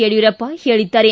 ಯಡಿಯೂರಪ್ಪ ಹೇಳಿದ್ದಾರೆ